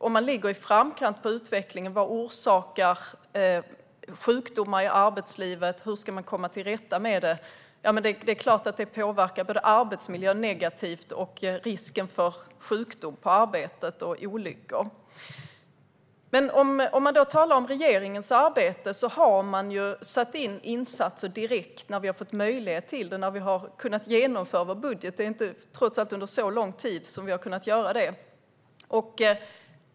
Om man ligger i framkant när det gäller forskning om vad som orsakar sjukdomar i arbetslivet och hur man ska komma till rätta med dem påverkar en sådan nedläggning naturligtvis både arbetsmiljön och risken för sjukdom och olyckor i arbetet. Regeringen har satt in insatser så fort man har fått möjlighet och kunnat genomföra sin budget. Det är trots allt inte under så lång tid vi har kunnat göra det.